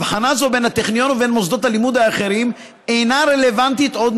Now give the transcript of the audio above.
הבחנה זו בין הטכניון ובין מוסדות הלימוד האחרים אינה רלוונטית עוד,